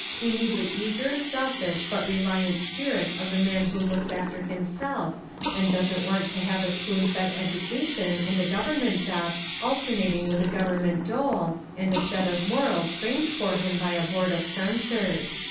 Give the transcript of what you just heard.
we need the eager, selfish, but reliant spirit of the man who looks after himself and doesn't want to have a spoon-fed education and a government job alternating with a government dole, and a set of morals framed for him by a board of censors.